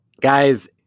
Guys